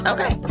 Okay